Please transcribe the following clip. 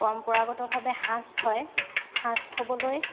পৰম্পৰাগতভাৱে সাজ থয় সাজ থ'বলৈ